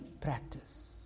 practice